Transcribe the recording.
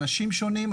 אנשים שונים,